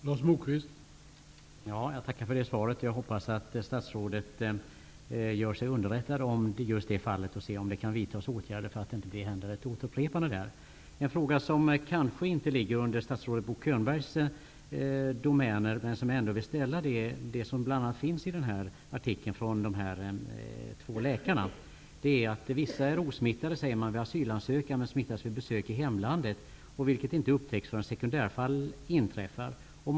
Herr talman! Jag tackar för det svaret. Jag hoppas att statsrådet gör sig underrättad om just det här fallet och ser efter om det inte kan vidtas åtgärder för att förhindra ett återupprepande. En fråga som kanske inte ligger under statsrådet Bo Könbergs domäner, men som jag ändå vill ställa hänger samman med artikeln av de två läkarna. Man säger: ''Vissa är osmittade vid asylansökan men smittas vid besök i hemlandet, vilket inte upptäcks förrän sekundärfall inträffar.